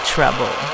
Trouble